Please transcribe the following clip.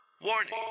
Warning